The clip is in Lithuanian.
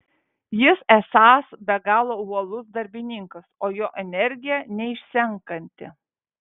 jis esąs be galo uolus darbininkas o jo energija neišsenkanti